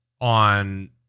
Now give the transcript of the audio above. on